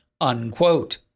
unquote